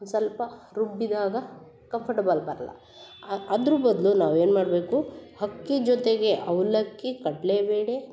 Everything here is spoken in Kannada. ಒಂದು ಸ್ವಲ್ಪ ರುಬ್ಬಿದಾಗ ಕಂಫರ್ಟೆಬಲ್ ಬರಲ್ಲ ಅದ್ರ ಬದ್ಲು ನಾವು ಏನು ಮಾಡಬೇಕು ಅಕ್ಕಿ ಜೊತೆಗೆ ಅವ್ಲಕ್ಕಿ ಕಡ್ಲೇಬೇಳೆ